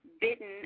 Bitten